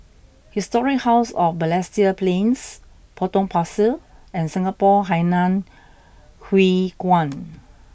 Historic House of Balestier Plains Potong Pasir and Singapore Hainan Hwee Kuan